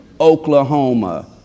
Oklahoma